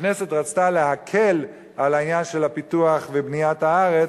הכנסת רצתה להקל את העניין של הפיתוח ובניית הארץ,